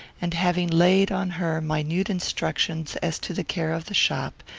and having laid on her minute instructions as to the care of the shop,